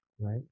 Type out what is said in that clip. right